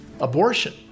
Abortion